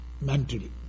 mentally